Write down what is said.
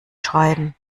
schreiben